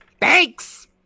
Thanks